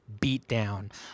beatdown